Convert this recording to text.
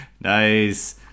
nice